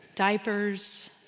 Diapers